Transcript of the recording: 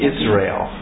Israel